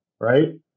right